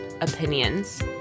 opinions